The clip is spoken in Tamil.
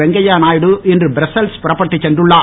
வெங்கைய நாயுடு இன்று பிரஸ்ஸல்ஸ் புறப்பட்டுச் சென்றுள்ளார்